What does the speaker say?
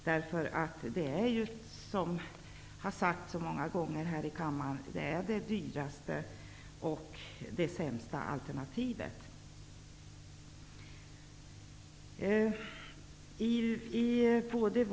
Fängelsevistelse är, som så många gånger tidigare har sagts här i kammaren, det dyraste och sämsta alternativet.